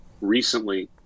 recently